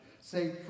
Say